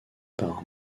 par